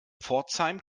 pforzheim